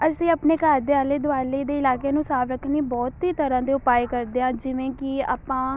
ਅਸੀਂ ਆਪਣੇ ਘਰ ਦੇ ਆਲੇ ਦੁਆਲੇ ਦੇ ਇਲਾਕੇ ਨੂੰ ਸਾਫ਼ ਰੱਖਣੀ ਬਹੁਤ ਹੀ ਤਰ੍ਹਾਂ ਦੇ ਉਪਾਅ ਕਰਦੇ ਹਾਂ ਜਿਵੇਂ ਕਿ ਆਪਾਂ